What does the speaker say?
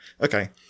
Okay